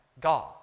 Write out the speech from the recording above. God